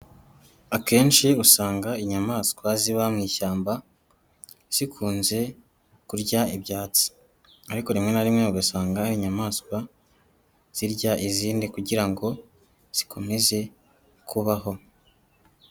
Akenshi usanga inyamaswa ziba mu ishyamba zikunze kurya ibyatsi ariko rimwe na rimwe ugasanga inyamaswa zirya izindi kugira ngo zikomeze kubaho.